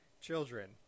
Children